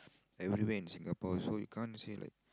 everywhere in Singapore so you can't say like